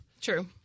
true